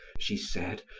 she said,